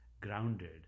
grounded